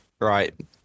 Right